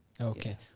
Okay